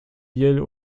yale